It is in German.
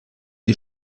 die